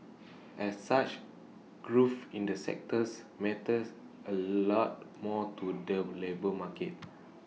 as such growth in the sectors matters A lot more to the labour market